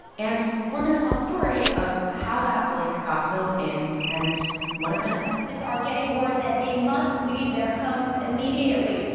and we're going to tell the story of how that blank got filled in and what it meant residents are getting word that they must leave their homes immediately.